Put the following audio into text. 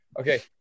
Okay